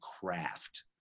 craft